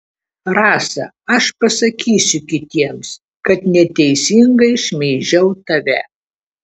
rasa aš pasakysiu kitiems kad neteisingai šmeižiau tave